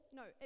no